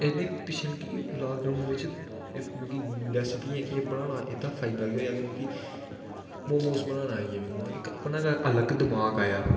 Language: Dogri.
एह्दी पिच्छें की लॉकडाउन बिच एह् दस्सें बीहें बनाना एह्दा फायदा केह् होआ कि मिगी मोमोस बनाना आई गे मिगी सगुआं अपना गै अलग दमाग आया